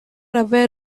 aware